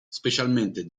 specialmente